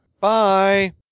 Bye